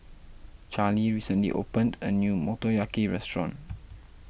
Charlie recently opened a new Motoyaki restaurant